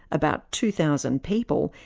about two thousand people,